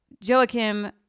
Joachim